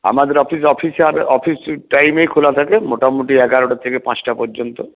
আমাদের office office hour office টাইমেই খোলা থাকে মোটামোটি এগারোটা থেকে পাঁচটা পর্যন্ত